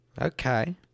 Okay